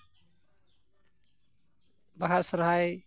ᱵᱟᱦᱟ ᱥᱚᱨᱦᱟᱭ